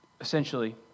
essentially